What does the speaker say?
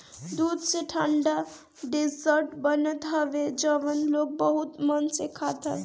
दूध से ठंडा डेजर्ट बनत हवे जवन लोग बहुते मन से खात हवे